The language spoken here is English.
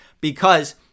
because-